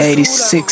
86